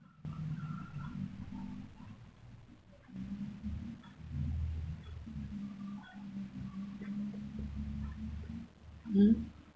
mmhmm